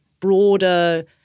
broader